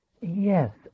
yes